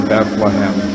Bethlehem